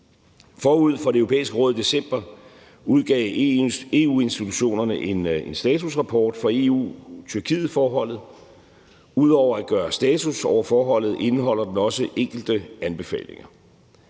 Forud for Det Europæiske Råd i december udgav EU-institutionerne en statusrapport for EU-Tyrkiet-forholdet. Ud over at gøre status over forholdet indeholder den også enkelte anbefalinger.